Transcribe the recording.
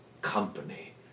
company